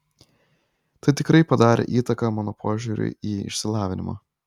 tai tikrai padarė įtaką mano požiūriui į išsilavinimą